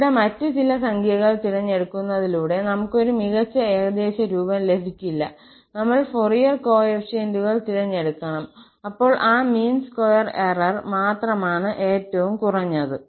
ഇവിടെ മറ്റ് ചില സംഖ്യകൾ തിരഞ്ഞെടുക്കുന്നതിലൂടെ നമുക്ക് ഒരു മികച്ച ഏകദേശരൂപം ലഭിക്കില്ല നമ്മൾ ഫോറിയർ കോഫിഫിഷ്യന്റുകൾ തിരഞ്ഞെടുക്കണം അപ്പോൾ ഈ മീൻ സ്ക്വയർ എറർ മാത്രമാണ് ഏറ്റവും കുറഞ്ഞത്